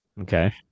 Okay